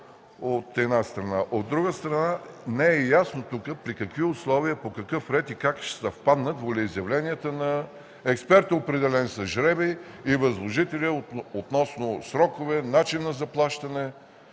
От друга страна, тук не е ясно при какви условия, по какъв ред и как ще съвпаднат волеизявленията на експерта, определен с жребий и възложителя относно срокове, начин на заплащане.